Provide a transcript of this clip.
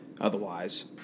otherwise